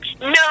No